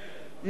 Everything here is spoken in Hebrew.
נגד